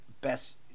best